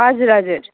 हजुर हजुर